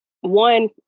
one